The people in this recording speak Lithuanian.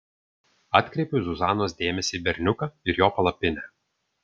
atkreipiu zuzanos dėmesį į berniuką ir jo palapinę